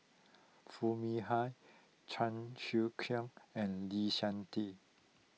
Foo Mee Har Chan Sek Keong and Lee Seng Tee